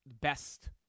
best